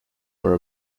were